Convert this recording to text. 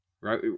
right